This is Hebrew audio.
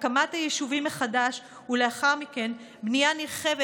הקמת היישובים מחדש, ולאחר מכן בנייה נרחבת